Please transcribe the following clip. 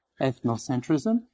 ethnocentrism